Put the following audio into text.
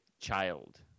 child